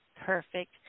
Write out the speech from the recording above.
Perfect